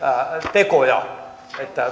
tekoja